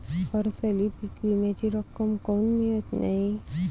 हरसाली पीक विम्याची रक्कम काऊन मियत नाई?